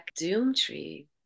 Doomtree